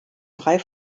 drei